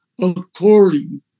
according